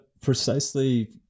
precisely